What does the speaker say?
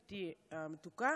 בתי המתוקה,